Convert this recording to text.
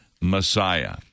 Messiah